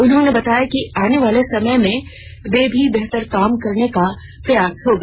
उन्होंने बताया कि आने वाले समय में भी बेहतर काम करने का प्रयास होगा